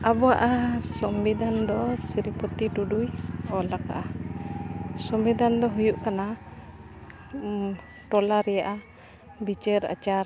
ᱟᱵᱚᱣᱟᱜ ᱥᱚᱝᱵᱤᱫᱷᱟᱱ ᱫᱚ ᱥᱤᱨᱤᱯᱚᱛᱤ ᱴᱩᱰᱩᱭ ᱚᱞ ᱟᱠᱟᱜᱼᱟ ᱥᱚᱝᱵᱤᱫᱷᱟᱱ ᱫᱚ ᱦᱩᱭᱩᱜ ᱠᱟᱱᱟ ᱴᱚᱞᱟ ᱨᱮᱭᱟᱜ ᱵᱤᱪᱟᱹᱨ ᱟᱪᱟᱨ